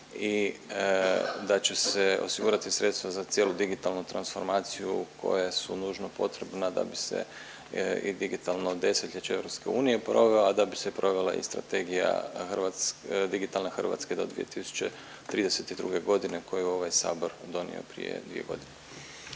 i da će se osigurati sredstva za cijelu digitalnu transformaciju koja su nužno potrebna da bi se i digitalno 10-ljeće EU proveo, a da bi se provela i Strategija digitalne Hrvatske do 2032.g. koju je ovaj sabor donio prije 2.g..